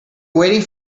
waiting